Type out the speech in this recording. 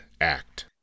Act